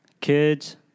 kids